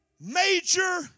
major